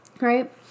Right